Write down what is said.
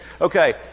Okay